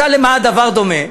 משל למה הדבר דומה?